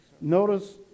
Notice